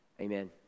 amen